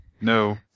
No